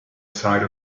side